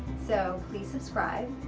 so please subscribe,